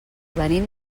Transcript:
venim